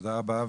תודה רבה.